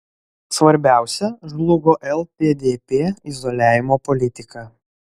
svarbiausia žlugo lddp izoliavimo politika